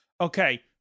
Okay